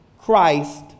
Christ